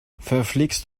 verflixt